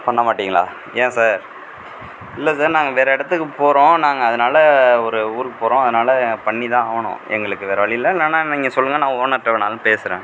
பண்ண மாட்டிங்களா ஏன் சார் இல்லை சார் நாங்கள் வேற இடத்துக்கு போகிறோம் நாங்கள் அதனால ஒரு ஊருக்கு போகிறோம் அதனால பண்ணி தான் ஆகணும் எங்களுக்கு வேற வழி இல்லை இல்லைனா நீங்கள் சொல்லுங்கள் நான் ஓனர்கிட்ட வேணாலும் பேசுகிறேன்